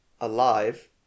alive